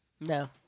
No